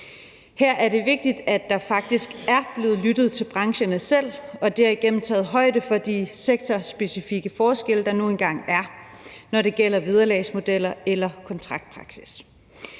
Her er det vigtigt, at der faktisk er blevet lyttet til brancherne selv og derigennem taget højde for de sektorspecifikke forskelle, der nu engang er, når det gælder vederlagsmodeller eller kontraktpraksis.